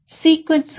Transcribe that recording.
சீக்வென்ஸ்கள்